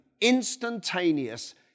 instantaneous